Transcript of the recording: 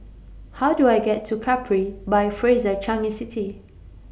How Do I get to Capri By Fraser Changi City